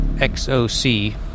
X-O-C